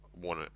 one